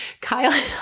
Kyle